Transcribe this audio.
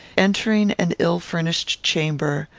entering an ill-furnished chamber,